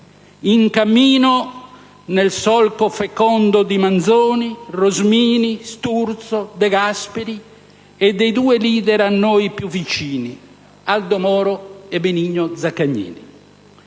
in cammino nel solco fecondo di Manzoni, Rosmini, Sturzo, De Gasperi e dei due *leader* a noi più vicini: Aldo Moro e Benigno Zaccagnini.